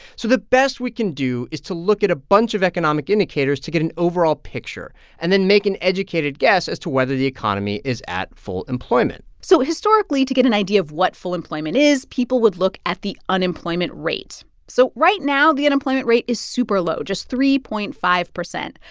so the best we can do is to look at a bunch of economic indicators to get an overall picture and then make an educated guess as to whether the economy is at full employment so historically, to get an idea of what full employment is, people would look at the unemployment rate. so right now, the unemployment rate is super-low, just three point five zero.